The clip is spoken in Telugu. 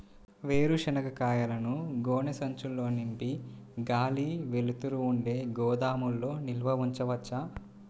వేరుశనగ కాయలను గోనె సంచుల్లో నింపి గాలి, వెలుతురు ఉండే గోదాముల్లో నిల్వ ఉంచవచ్చా?